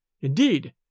Indeed